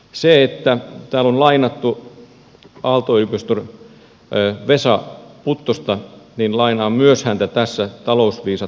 täällä on lainattu aalto yliopiston vesa puttosta ja minä myös lainaan häntä tästä talousviisaat ohjelmasta